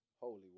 holy